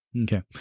Okay